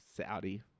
Saudi